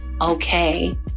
okay